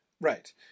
Right